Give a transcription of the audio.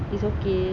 it's okay